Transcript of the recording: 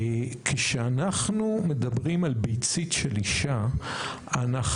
כשאנחנו מדברים על ביצית של אישה אנחנו